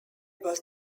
was